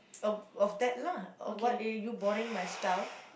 of of that lah of what are you borrowing my stuff